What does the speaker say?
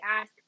ask